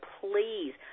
Please